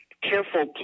careful